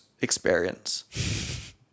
experience